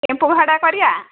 tempo ଭଡ଼ା କରିବା